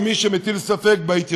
ואני רוצה לומר למי שמטיל ספק בהתיישבות,